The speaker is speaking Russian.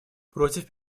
против